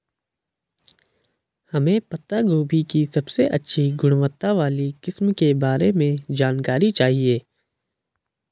हमें पत्ता गोभी की सबसे अच्छी गुणवत्ता वाली किस्म के बारे में जानकारी चाहिए?